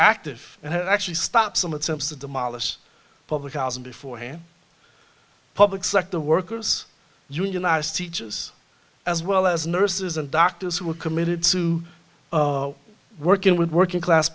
active and actually stop some attempts to demolish public housing beforehand public sector workers unionized teaches as well as nurses and doctors who are committed to working with working class